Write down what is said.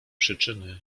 przyczyny